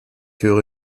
höre